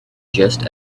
just